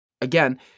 again